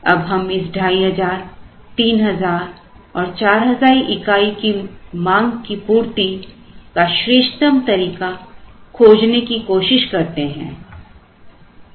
अब हम इस 2500 3000 और 4000 इकाई की मांग की पूर्ति का श्रेष्ठतम तरीका खोजने की कोशिश करते हैं